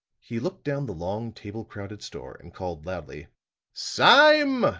he looked down the long, table-crowded store and called loudly sime!